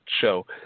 show